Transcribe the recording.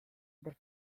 del